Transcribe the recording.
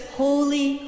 holy